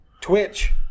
Twitch